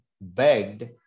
begged